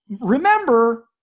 remember